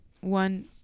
one